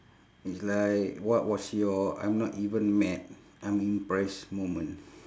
it's like what was your I'm not even mad I'm impressed moment